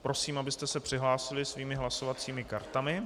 Prosím, abyste se přihlásili svými hlasovacími kartami.